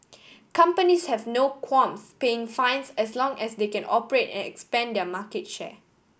companies have no qualms paying fines as long as they can operate and expand their market share